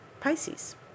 Pisces